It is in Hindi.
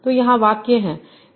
तो यहाँ वाक्य है